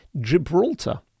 Gibraltar